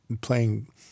playing